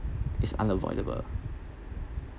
is unavoidable